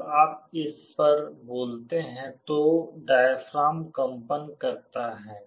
जब आप इस पर बोलते हैं तो डायफ्राम कम्पन करता है